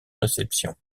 réception